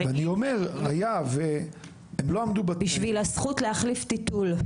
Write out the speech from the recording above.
ואני אומר היה והם לא עמדו --- בשביל הזכות להחליף טיטול.